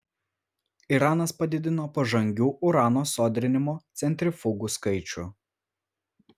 iranas padidino pažangių urano sodrinimo centrifugų skaičių